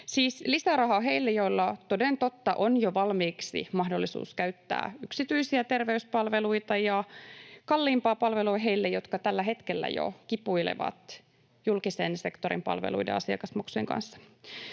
lisärahaa heille, joilla toden totta on jo valmiiksi mahdollisuus käyttää yksityisiä terveyspalveluita, ja kalliimpaa palvelua heille, jotka jo tällä hetkellä kipuilevat julkisen sektorin palveluiden asiakasmaksujen kanssa.